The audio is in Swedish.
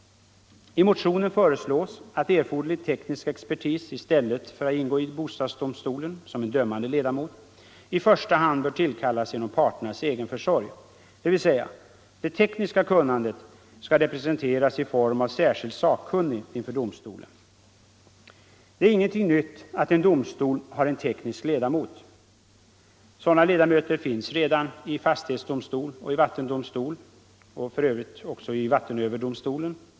I motionen föreslås att erforderlig teknisk expertis i stället för att ingå i bostadsdomstolen som dömande ledamöter bör i första hand tillkallas genom parternas egen försorg, dvs. det tekniska kunnandet skall representeras i form av särskild sakkunnig inför domstolen. Det är ingenting nytt att en domstol har en teknisk ledamot. Sådana ledamöter finns redan i fastighetsdomstol och i vattendomstol. Samma sak gäller för övrigt även vattenöverdomstolen.